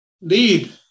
lead